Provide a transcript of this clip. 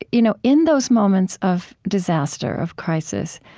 you know in those moments of disaster, of crisis,